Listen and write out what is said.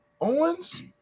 Owens